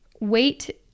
Weight